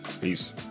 Peace